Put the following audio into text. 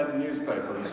newspaper,